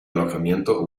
alojamiento